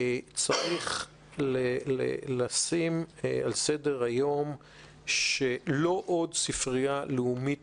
צריך לשים על סדר היום שלא עוד ספרייה לאומית